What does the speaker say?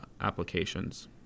applications